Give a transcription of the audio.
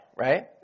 right